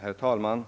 Herr talman!